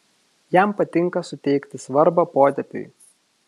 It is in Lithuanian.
jam patinka suteikti svarbą potėpiui